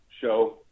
show